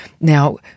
Now